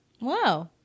wow